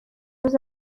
روز